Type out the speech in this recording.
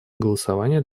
голосование